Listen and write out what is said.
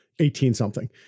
18-something